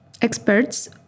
experts